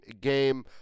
game